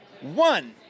one